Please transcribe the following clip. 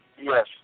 Yes